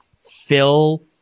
fill